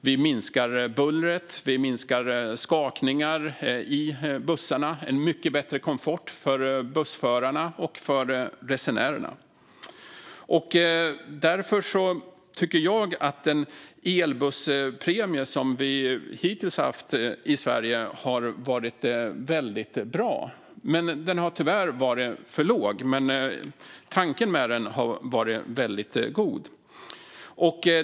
Vi minskar bullret. Vi minskar skakningar i bussarna, vilket ger mycket bättre komfort för bussförarna och för resenärerna. Därför tycker jag att den elbusspremie som vi hittills haft i Sverige har varit väldigt bra. Den har tyvärr varit för låg, men tanken med den har varit väldigt god.